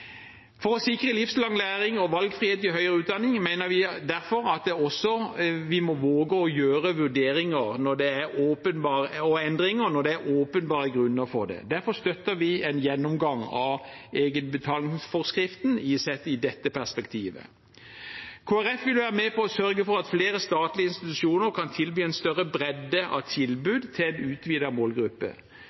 For å sikre livslang læring og valgfrihet i høyere utdanning mener vi derfor at vi må våge å gjøre vurderinger og endringer når det er åpenbare grunner for det. Derfor støtter vi en gjennomgang av egenbetalingsforskriften, sett i dette perspektivet. Kristelig Folkeparti vil være med på å sørge for at flere statlige institusjoner kan tilby en større bredde av tilbud til en utvidet målgruppe.